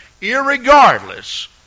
irregardless